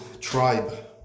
Tribe